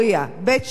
בית-שמש,